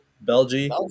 belgium